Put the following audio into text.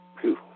Phew